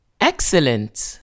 excellent